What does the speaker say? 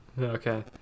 Okay